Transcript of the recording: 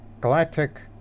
Galactic